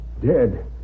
Dead